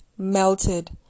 melted